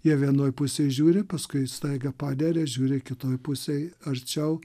jie vienoj pusėj žiūri paskui staiga paneria žiūri kitoj pusėj arčiau